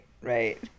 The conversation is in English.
right